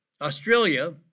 Australia